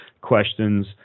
questions